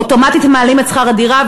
אוטומטית הם מעלים את שכר הדירה,